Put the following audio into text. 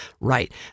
Right